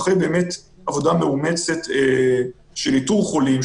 אחרי באמת עבודה מאומצת של איתור חולים,